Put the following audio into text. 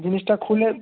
জিনিসটা খুলে